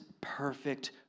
perfect